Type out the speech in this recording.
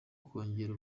kongerera